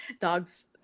dogs